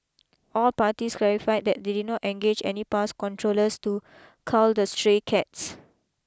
all parties clarified that they did not engage any pest controllers to cull the stray cats